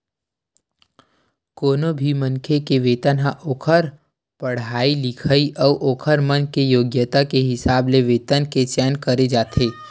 कोनो भी मनखे के वेतन ह ओखर पड़हाई लिखई अउ ओखर मन के योग्यता के हिसाब ले वेतन के चयन करे जाथे